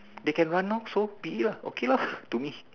they can run lor so be it lah okay lor to me